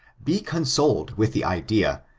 be consoled with the idea,